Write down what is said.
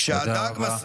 תודה רבה.